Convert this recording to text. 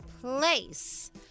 place